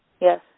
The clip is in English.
Yes